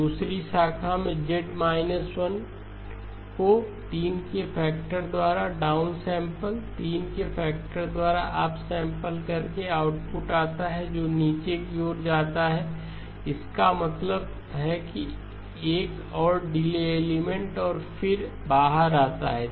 अब दूसरी शाखा में Z 1 को 3 के फैक्टर द्वारा डाउन सैंपल 3 के फैक्टर द्वारा अप सैंपल करके आउटपुट आता है जो नीचे की ओर जाता है इसका मतलब है कि एक और डिले एलिमेंट है और फिर बाहर आता है